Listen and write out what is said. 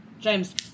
James